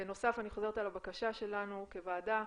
בנוסף, אני חוזרת על הבקשה שלנו כוועדה,